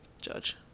Judge